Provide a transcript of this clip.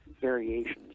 Variations